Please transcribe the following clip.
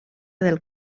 del